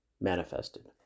manifested